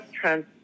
trans